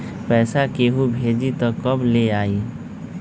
पैसा केहु भेजी त कब ले आई?